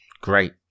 Great